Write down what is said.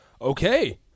Okay